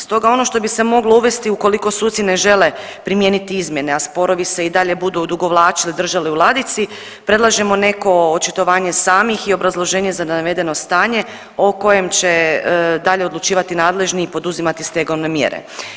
Stoga ono što bi se moglo uvesti ukoliko suci ne žele primijeniti izmjene, a sporovi se i dalje budu odugovlačili i držali u ladici predlažemo neko očitovanje samih i obrazloženje za navedeno stanje o kojem će dalje odlučivati nadležni i poduzimati stegovne mjere.